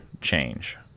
change